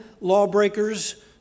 lawbreakers